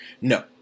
No